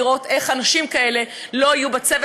לפני התיקון של החוק הזה לא יכולנו לשלול לו את האזרחות,